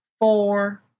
four